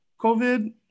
COVID